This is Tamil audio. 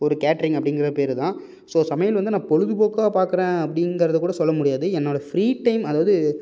ஒரு கேட்ரிங் அப்படிங்கிற பேர் தான் ஸோ சமையல் வந்து நான் பொழுதுப்போக்காக பார்க்குறேன் அப்படிங்கறத கூட சொல்ல முடியாது என்னோட ஃப்ரீ டைம் அதாவது